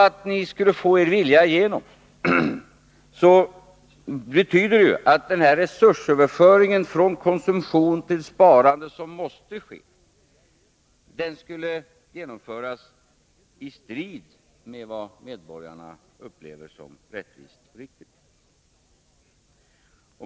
Om ni skulle få er vilja igenom, skulle den nödvändiga resursöverföringen från konsumtion till sparande genomföras i strid med vad medborgarna upplever som rättvist och riktigt.